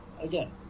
again